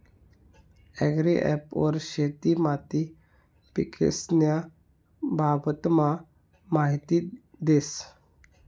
agri app वर शेती माती पीकेस्न्या बाबतमा माहिती देस